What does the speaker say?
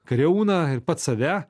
kariauną ir pats save